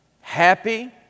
happy